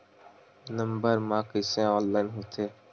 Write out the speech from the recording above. Number मा कइसे online होथे?